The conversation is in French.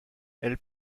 elles